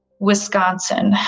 wisconsin,